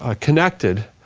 ah connected,